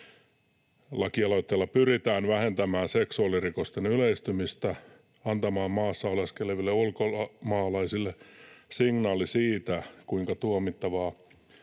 Lakialoitteella pyritään vähentämään seksuaalirikosten yleistymistä, antamaan maassa oleskeleville ulkomaalaisille signaali siitä, kuinka tuomittavana